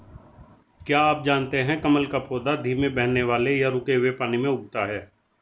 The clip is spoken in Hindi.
क्या आप जानते है कमल का पौधा धीमे बहने वाले या रुके हुए पानी में उगता है?